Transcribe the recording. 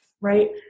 right